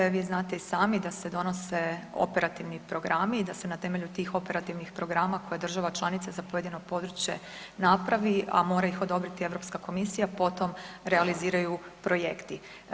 Vi znate i sami da se donose operativni programi i da se na temelju tih operativnih programa koja država članica za pojedino područje napravi, a mora ih odobriti Europska komisija, potom realiziraju projekti.